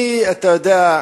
אני, אתה יודע,